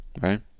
right